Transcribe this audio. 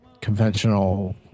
conventional